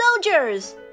soldiers